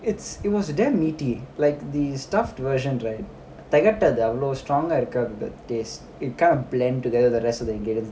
it's it was damn meaty like the stuffed version right தெகட்டாதுஅவ்ளோ:thegatdadhu avloo strong இருக்காது:irukkadhu the taste it kind of blend together the rest of the ingredienta